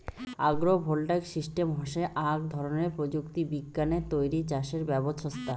agro voltaic system হসে আক ধরণের প্রযুক্তি বিজ্ঞানে তৈরী চাষের ব্যবছস্থা